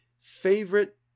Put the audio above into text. favorite